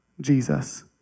Jesus